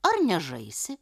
ar nežaisi